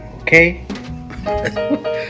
Okay